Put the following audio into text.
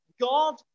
God